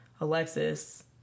Alexis